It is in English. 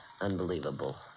Unbelievable